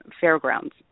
fairgrounds